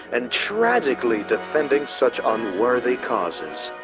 and tragically, defending such unworthy causes.